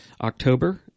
October